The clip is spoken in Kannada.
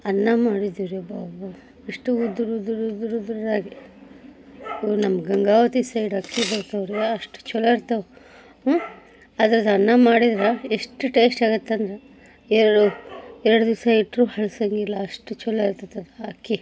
ಅನ್ನ ಮಾಡಿದ್ದೀವಿ ರೀ ಅಬ್ಬ ಅಷ್ಟು ಉದ್ರು ಉದ್ರು ಉದ್ರು ಉದುರಾಗೆ ನಮ್ಮ ಗಂಗಾವತಿ ಸೈಡ್ ಅಕ್ಕಿ ಬರ್ತಾವ್ರಿ ಅಷ್ಟು ಛಲೋ ಇರ್ತಾವೆ ಅದ್ರದ್ದು ಅನ್ನ ಮಾಡಿದ್ರೆ ಎಷ್ಟು ಟೇಸ್ಟಿಯಾಗತ್ತಂದ್ರೆ ಎರಡು ಎರಡು ದಿವಸ ಇಟ್ಟರು ಹಳ್ಸೋಂಗಿಲ್ಲ ಅಷ್ಟು ಛಲೋ ಆಗ್ತೈತದು ಆ ಅಕ್ಕಿ